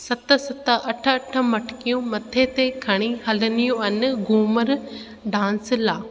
सत सत अठ अठ मटिकियूं मथे ते खणी हलंदियूं आहिनि घूमरु डांस लाइ